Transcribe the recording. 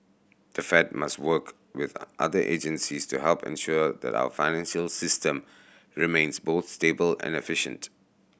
the Fed must work with other agencies to help ensure that our financial system remains both stable and efficient